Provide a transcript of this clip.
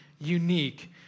unique